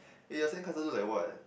eh your sandcastle look like what